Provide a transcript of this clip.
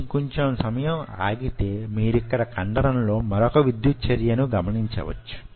ఇంకొంచెం సమయం ఆగితే మీరు ఇక్కడ కండరం లో మరొక విద్యుత్ చర్యను గమనించవచ్చు